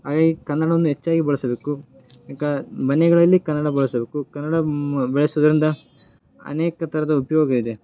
ಹಾಗಾಗಿ ಕನ್ನಡವನ್ನು ಹೆಚ್ಚಾಗಿ ಬಳಸಬೇಕು ಕ ಮನೆಗಳಲ್ಲಿ ಕನ್ನಡ ಬಳಸಬೇಕು ಕನ್ನಡ ಮ್ ಬಳಸುವುದರಿಂದ ಅನೇಕ ಥರದ ಉಪಯೋಗ ಇದೆ